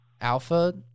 alpha